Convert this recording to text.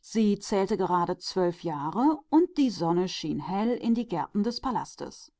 sie war gerade zwölf jahre alt und die sonne schien strahlend in den garten des palastes